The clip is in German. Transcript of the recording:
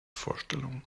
vorstellung